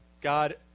God